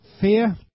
Fear